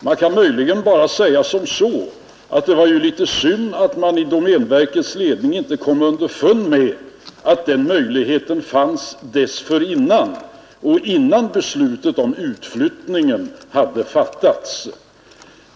Man kan möjligen bara säga, att det var litet synd att man inte i domänverkets ledning kom underfund med att den möjligheten fanns dessförinnan, innan beslutet om utflyttningen hade fattats.